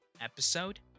episode